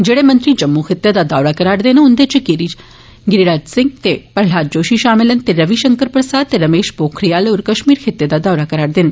जेड़े मंत्री जम्मू खिते दा दौरा करा र दे न उन्दे इच गिराज सिंह ते प्रलाद जोषी शा मल न ते रवि षंकर प्रसाद ते रमेश पोखरियाल होर कश्मीर खित्ते दा दौरा करा र दे न